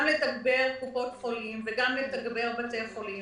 גם לתגבר את קופות החולים וגם לתגבר בתי חולים,